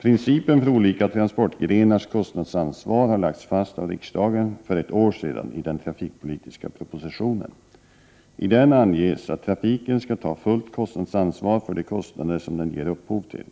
Principen för olika transportgrenars kostnadsansvar har lagts fast av riksdagen för ett år sedan i den trafikpolitiska propositionen. I den anges att trafiken skall ta fullt kostnadsansvar för de kostnader som den ger upphov till.